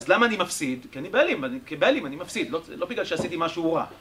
אז למה אני מפסיד? כי אני בעלים, כבעלים אני מפסיד, לא בגלל שעשיתי משהו רע.